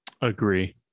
agree